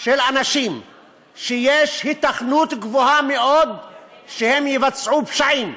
של אנשים שיש היתכנות גבוהה מאוד שהם יבצעו פשעים,